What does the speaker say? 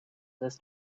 this